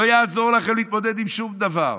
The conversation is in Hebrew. לא יעזור לכם להתמודד עם שום דבר.